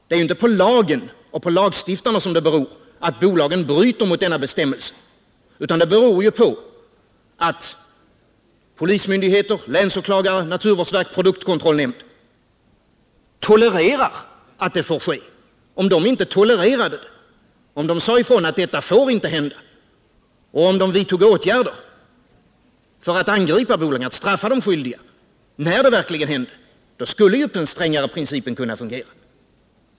Det är ju inte på lagen eller lagstiftaren som det beror att bolagen bryter mot denna bestämmelse, utan det beror på att polismyndigheter, länsåklagare, naturvårdsverk och produktkontrollnämnd tolererar att det får ske. Om dessa instanser sade ifrån att det inte får hända, om de vidtog åtgärder och straffade de skyldiga, då skulle den strängare principen kunna fungera.